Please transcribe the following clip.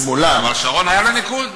השמאלן, אבל שרון, היה לו ניקוד.